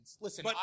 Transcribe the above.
listen